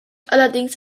allerdings